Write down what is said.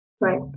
right